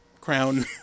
crown